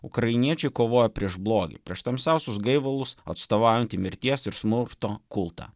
ukrainiečių kovojo prieš blogį prieš tamsiausius gaivalus atstovaujantį mirties ir smurto kultą